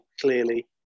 clearly